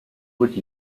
would